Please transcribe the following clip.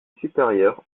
supérieur